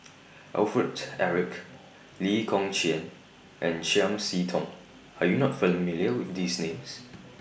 Alfred Eric Lee Kong Chian and Chiam See Tong Are YOU not familiar with These Names